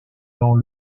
dans